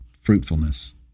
fruitfulness